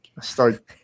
start